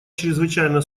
чрезвычайно